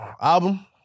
Album